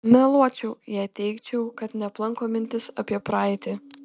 meluočiau jei teigčiau kad neaplanko mintys apie praeitį